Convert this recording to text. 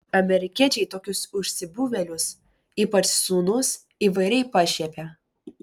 amerikiečiai tokius užsibuvėlius ypač sūnus įvairiai pašiepia